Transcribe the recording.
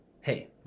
hey